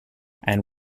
and